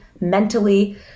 mentally